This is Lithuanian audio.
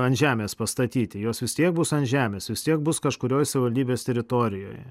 ant žemės pastatyti jos vis tiek bus ant žemės vis tiek bus kažkurioj savivaldybės teritorijoje